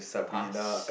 past